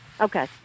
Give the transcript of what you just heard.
Okay